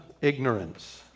ignorance